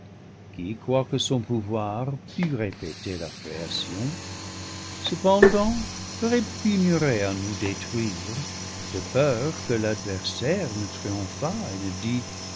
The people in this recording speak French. qui quoique son pouvoir pût ré péter la création cependant répugnerait à nous détruire de peur que l'adversaire ne triomphât et ne dit